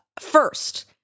first